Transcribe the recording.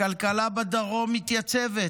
הכלכלה בדרום מתייצבת.